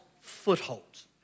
footholds